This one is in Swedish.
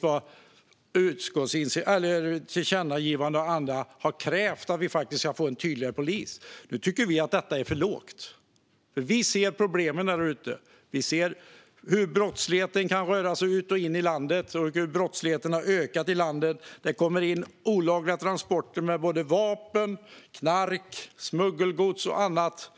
Det har faktiskt krävts i tillkännagivanden och på andra sätt att vi ska få en tydligare polis. Nu tycker vi att detta är för lite. Vi ser problemen där ute, och vi ser hur brottsligheten kan röra sig ut ur och in i landet. Brottsligheten har ökat i landet. Det kommer in olagliga transporter med vapen, knark, smuggelgods och annat.